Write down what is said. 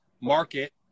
market